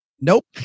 Nope